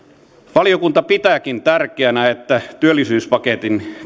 valiokunta pitääkin tärkeänä että työllisyyspaketin